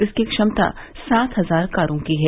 इसकी क्षमता सात हजार कारों की है